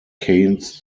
keynes